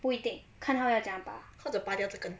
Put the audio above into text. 不一定看他要怎么样拔或者拔掉这根